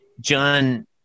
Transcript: John